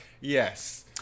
yes